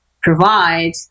provide